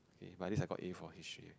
but at least I got A for history